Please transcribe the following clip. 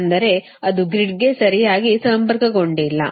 ಅಂದರೆ ಅದು ಗ್ರಿಡ್ಗೆ ಸರಿಯಾಗಿ ಸಂಪರ್ಕಗೊಂಡಿಲ್ಲ